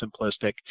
simplistic